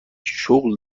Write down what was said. شغل